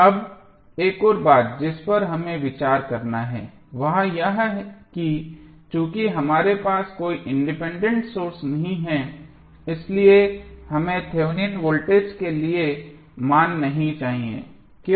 अब एक और बात जिस पर हमें विचार करना है वह यह कि चूंकि हमारे पास कोई इंडिपेंडेंट सोर्स नहीं है इसलिए हमें थेवेनिन वोल्टेज के लिए मान नहीं चाहिए क्यों